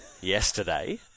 yesterday